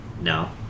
no